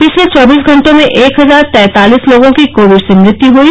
पिछले चौबीस घटों में एक हजार तैंतालिस लोगों की कोविड से मृत्यु हुई